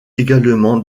également